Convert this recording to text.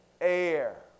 air